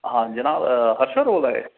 हां जनाब हर्षा होर बोला दे